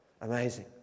Amazing